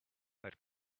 that